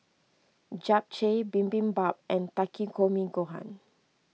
Japchae Bibimbap and Takikomi Gohan